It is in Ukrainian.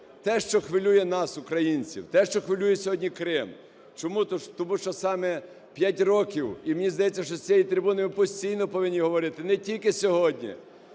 те, що хвилює нас, українців, те, що хвилює сьогодні Крим. Чому? Тому що саме 5 років, і мені здається, що з цієї трибуни ми постійно повинні говорити, не тільки сьогодні,